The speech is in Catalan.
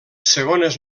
segones